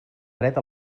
dret